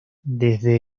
desde